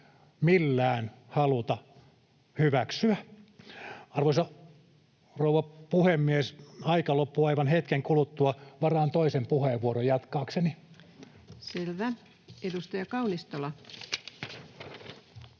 millään haluta hyväksyä. Arvoisa rouva puhemies! Aika loppuu aivan hetken kuluttua. Varaan toisen puheenvuoron jatkaakseni. [Speech 143]